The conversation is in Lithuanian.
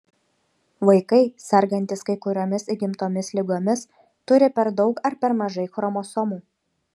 vaikai sergantys kai kuriomis įgimtomis ligomis turi per daug ar per mažai chromosomų